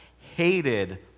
hated